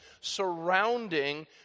surrounding